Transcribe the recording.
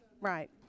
Right